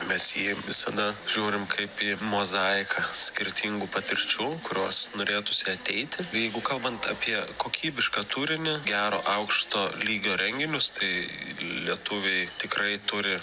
mes jį visada žiūrim kaip į mozaiką skirtingų patirčių kurios norėtųsi ateiti jeigu kalbant apie kokybišką turinį gero aukšto lygio renginius tai lietuviai tikrai turi